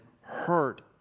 hurt